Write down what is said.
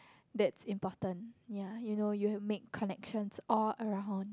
that's important ya you know you have make connections all around